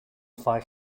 fire